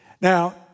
now